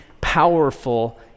powerful